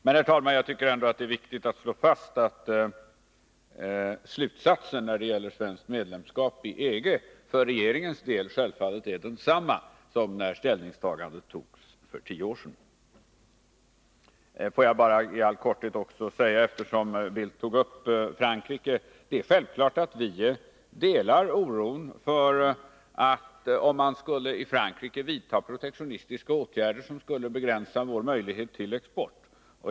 Men jag tycker ändå, herr talman, att det är viktigt att slå fast att för regeringens del är slutsatsen när det gäller svenskt medlemskap i EG självfallet densamma som när ställningstagandet togs för tio år sedan. Får jag i korthet beröra Frankrike, eftersom Carl Bildt tog upp den saken. Vi delar självfallet oron för att Frankrike vidtar protektionistiska åtgärder som skulle begränsa våra möjligheter till export.